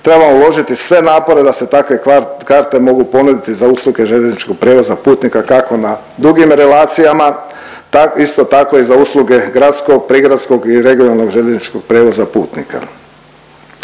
Trebamo uložiti sve napore da se takve karte mogu ponuditi za usluge željezničkog prijevoza putnika kako na dugim relacijama isto tako i za usluge gradskog, prigradskog i regionalnog željezničkog prijevoza putnika.